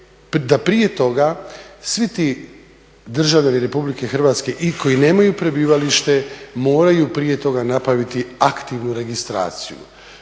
da prije toga svi ti državljani Republike Hrvatske i koji nemaju prebivalište moraju prije toga napraviti aktivnu registraciju